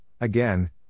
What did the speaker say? again